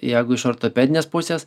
jeigu iš ortopedinės pusės